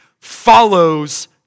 follows